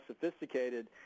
sophisticated